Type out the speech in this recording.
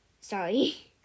Sorry